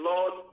Lord